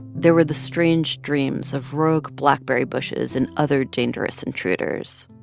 there were the strange dreams of rogue blackberry bushes and other dangerous intruders.